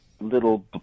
little